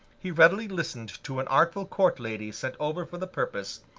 he readily listened to an artful court lady sent over for the purpose,